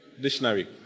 dictionary